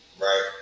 right